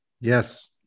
Yes